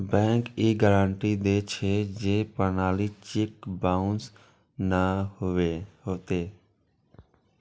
bank ई guarantee दै छै, जे प्रमाणित चेक बाउंस नै हेतै